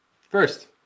First